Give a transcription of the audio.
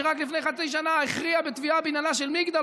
שרק לפני חצי שנה הכריע בתביעה בעניינה של מגדל,